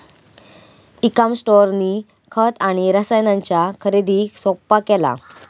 E com स्टोअरनी खत आणि रसायनांच्या खरेदीक सोप्पा केला